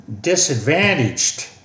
disadvantaged